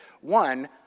One